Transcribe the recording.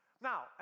Now